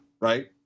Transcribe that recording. right